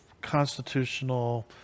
constitutional